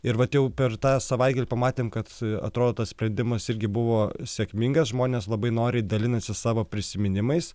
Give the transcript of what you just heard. ir vat jau per tą savaitgalį pamatėm kad atrodo tas sprendimas irgi buvo sėkmingas žmonės labai noriai dalinasi savo prisiminimais